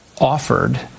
offered